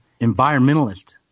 environmentalist